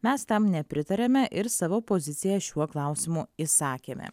mes tam nepritariame ir savo poziciją šiuo klausimu išsakėme